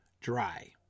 Dry